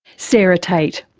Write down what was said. sarah tate.